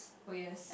oh yes